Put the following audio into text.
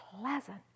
pleasant